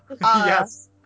Yes